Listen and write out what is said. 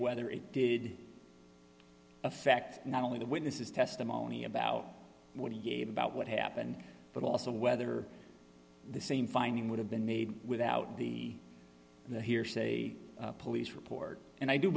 whether it did affect not only the witness's testimony about what he gave about what happened but also whether the same finding would have been made without the hearsay police report and i do